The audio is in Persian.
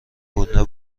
مونده